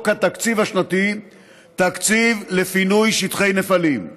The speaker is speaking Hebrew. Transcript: התקציב השנתי תקציב לפינוי שטחי נפלים.